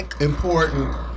important